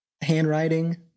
handwriting